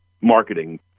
marketing